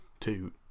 Two